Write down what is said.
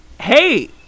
Hey